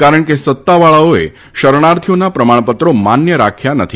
કારણ કે સત્તાવાળાઓએ શરણાર્થીઓના પ્રમાણપત્રો માન્ય રાખ્યા નથી